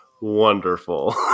wonderful